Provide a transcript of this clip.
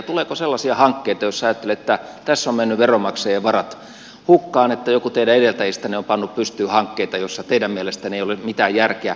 tuleeko sellaisia hankkeita joissa ajattelette että tässä on mennyt veronmaksajien varat hukkaan että joku teidän edeltäjistänne on pannut pystyyn hankkeita joissa teidän mielestänne ei ole mitään järkeä